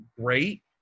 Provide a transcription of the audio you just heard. great